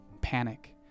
panic